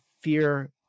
fear